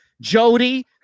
Jody